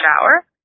shower